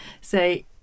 say